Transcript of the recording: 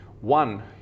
One